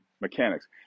mechanics